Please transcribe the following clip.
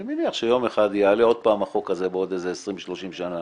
אני מניח שיום אחד יעלה עוד פעם החוק הזה בעוד איזה 30-20 שנה